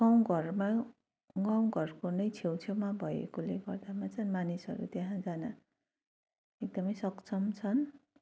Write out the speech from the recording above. गाउँ घरमा गाउँ घरको नै छेउ छेउमा भएकोले गर्दा नै चाहिँ मानिसहरू त्यहाँ जान एकदम सक्षम छन्